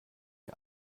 ihr